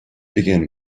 begin